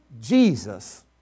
Jesus